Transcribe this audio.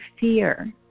fear